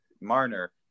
Marner